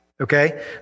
Okay